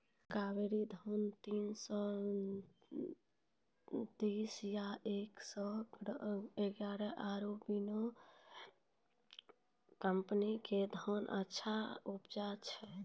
कावेरी धान तीन सौ तेंतीस या एक सौ एगारह आरु बिनर कम्पनी के धान अच्छा उपजै छै?